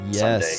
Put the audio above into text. yes